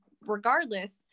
regardless